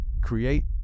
create